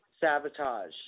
Sabotage